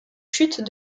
chutes